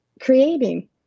Creating